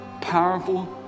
powerful